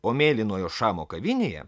o mėlynojo šamo kavinėje